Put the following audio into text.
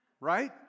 Right